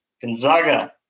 Gonzaga